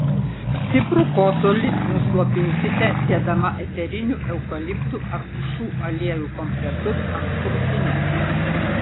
stiprų kosulį nuslopinsite dėdama eterinių eukaliptų ar pušų aliejų kompresus ant krūtinės